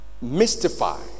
mystify